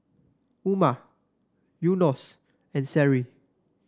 Umar Yunos and Seri